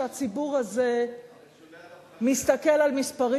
כשהציבור הזה מסתכל על מספרים,